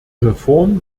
reform